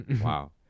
Wow